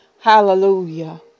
Hallelujah